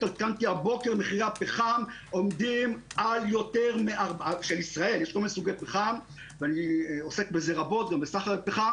מחירי הפחם של ישראל עומדים על אני עוסק בזה רבות ובסחר בפחם